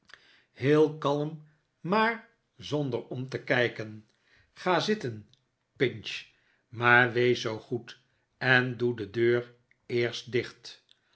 heel kalm maar zonder om te kijken ga zitten pinch maar wees zoo goed en doe de deur eerst dicht